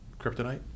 kryptonite